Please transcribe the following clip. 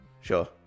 Sure